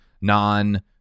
non